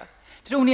Vidare frågade